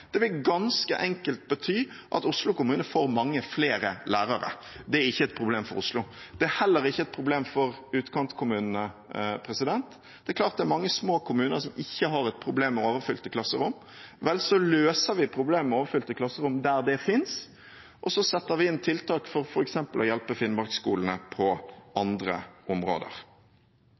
Det vil ganske enkelt bety at Oslo kommune får mange flere lærere. Det er ikke et problem for Oslo, det er heller ikke et problem for utkantkommunene. Det er klart at det er mange små kommuner som ikke har et problem med overfylte klasserom. Vel – så løser vi problemet med overfylte klasserom der det finnes, og så setter vi inn tiltak for f.eks. å hjelpe Finnmark-skolene på andre områder.